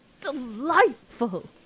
delightful